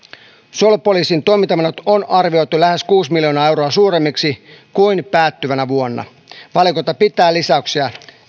suojelupoliisin toimintamenot on arvioitu lähes kuusi miljoonaa euroa suuremmiksi kuin päättyvänä vuonna valiokunta pitää lisäyksiä